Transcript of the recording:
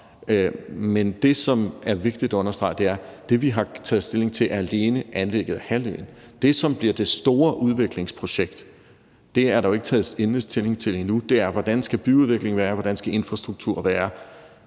Men det, som er vigtigt at understrege, er, at det, vi har taget stilling til, alene er anlægget af halvøen. Det, som bliver det store udviklingsprojekt, er der jo ikke taget endelig stilling til endnu; det er, hvordan byudviklingen skal være, hvordan infrastrukturen skal være.